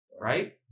right